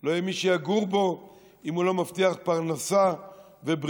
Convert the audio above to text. לא יהיה מי שיגור בו אם הוא לא מבטיח פרנסה ובריאות.